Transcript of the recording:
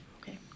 Okay